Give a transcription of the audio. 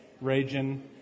region